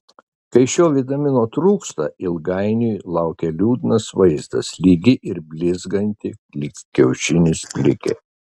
kai šio vitamino trūksta ilgainiui laukia liūdnas vaizdas lygi ir blizganti lyg kiaušinis plikė